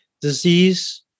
Disease